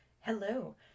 Hello